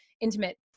intimate